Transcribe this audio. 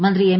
മന്ത്രി എം